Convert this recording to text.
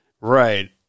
Right